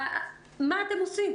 מה אתם עושים